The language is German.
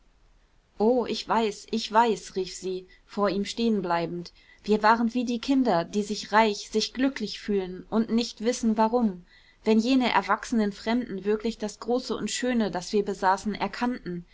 o ich weiß ich weiß rief sie vor ihm stehen bleibend wir waren wie die kinder die sich reich sich glücklich fühlen und nicht wissen warum wenn jene erwachsenen fremden wirklich das große und schöne das wir besaßen erkannten